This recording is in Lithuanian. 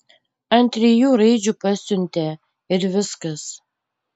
ant trijų raidžių pasiuntė ir viskas